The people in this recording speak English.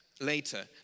later